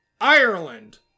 Ireland